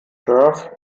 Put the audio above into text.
turf